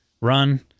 run